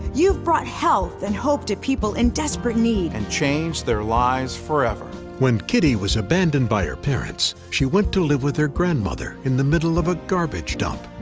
you've brought health and hope to people in desperate need. and changed their lives forever. when kitty was abandoned by her parents, she went to live with her grandmother in the middle of a garbage dump.